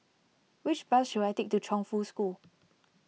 which bus should I take to Chongfu School